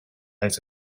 really